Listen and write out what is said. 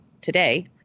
today